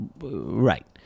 Right